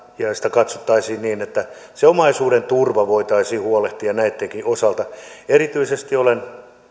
katsottaisiin niin että siitä omaisuuden turvasta voitaisiin huolehtia näittenkin osalta erityisesti olen